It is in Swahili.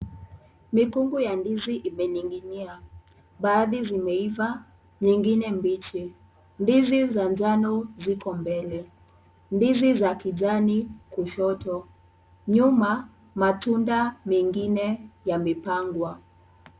Mikungu ya ndizi imening'inia. Baadhi zimeiva, nyingine mbichi. Ndizi za njano ziko mbele. Ndizi za kijani kushoto. Nyuma, matunda mengine yamepangwa.